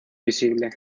visible